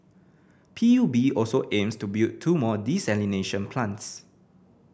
P U B also aims to build two more desalination plants